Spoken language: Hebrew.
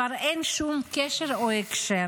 כבר אין שום קשר או הקשר,